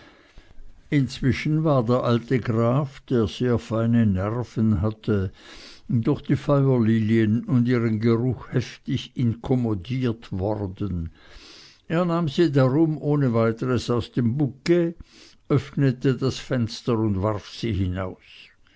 inzwischen war der alte graf der sehr feine nerven hatte durch die feuerlilien und ihren geruch heftig inkommodiert worden er nahm sie darum ohne weiteres aus dem bouquet öffnete das fenster und warf sie hinaus